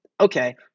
okay